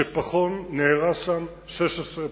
שפחון נהרס שם 16 פעם.